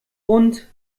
und